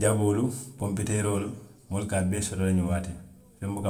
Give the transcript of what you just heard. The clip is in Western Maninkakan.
jaboolu, ponpiteeroolu, moolu ka a bee soto le ñiŋ waatiŋ feŋ buka mankee